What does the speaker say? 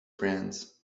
brands